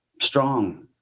strong